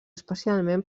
especialment